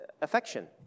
affection